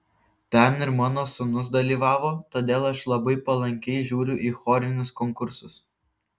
ten ir mano sūnus dalyvavo todėl aš labai palankiai žiūriu į chorinius konkursus